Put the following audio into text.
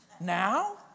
now